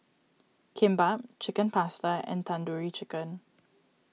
Kimbap Chicken Pasta and Tandoori Chicken